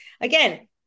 again